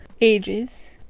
Ages